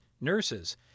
nurses